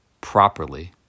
properly